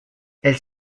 elle